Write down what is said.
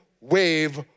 wave